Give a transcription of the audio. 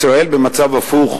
ישראל במצב הפוך,